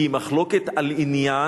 כי היא מחלוקת על עניין,